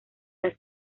las